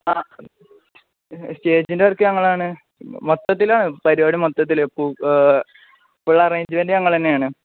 ആ സ്റ്റേജിന്റെ വർക്ക് ഞങ്ങളാണ് മൊത്തത്തിലാണ് പരിപാടി മൊത്തത്തില് ഫുള് അറേഞ്ച്മെൻറ് ഞങ്ങള് തന്നെയാണ്